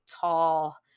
tall